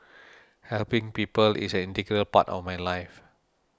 helping people is an integral part of my life